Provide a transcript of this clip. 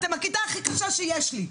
"..אם הכיתה הכי קשה שיש לי..".